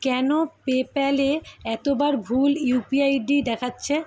কেন পেপ্যালে এতবার ভুল ইউপিআই আইডি দেখাচ্ছে